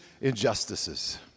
injustices